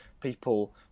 people